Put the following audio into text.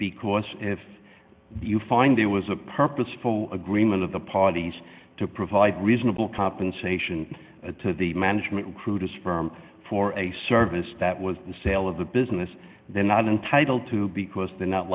because if you find it was a purposeful agreement of the parties to provide reasonable compensation to the management crew to sperm for a service that was the sale of the business they're not entitled to because they're not